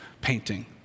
painting